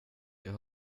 jag